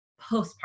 postpartum